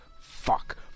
Fuck